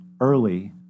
early